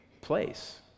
place